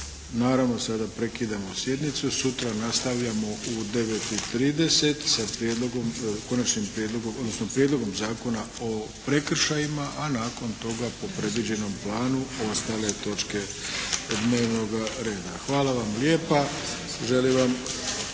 Naravno sada prekidamo sjednicu, sutra nastavljamo u 9,30 sa Prijedlogom zakona o prekršajima, a nakon toga po predviđenom planu ostale točke dnevnoga reda. Hvala vam lijepa. Želim vam